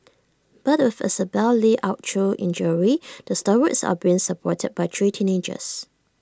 but with Isabelle li out through injury the stalwarts are being supported by three teenagers